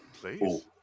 Please